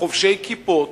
חובשי כיפות,